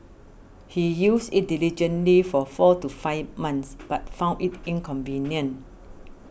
he used it diligently for four to five months but found it inconvenient